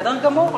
בסדר גמור,